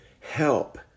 help